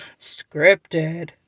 scripted